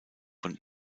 von